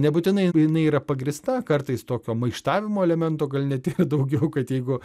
nebūtinai jeigu jinai yra pagrįsta kartais tokio maištavimo elemento gal net yra daugiau kad jeigu